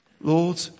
Lord